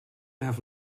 have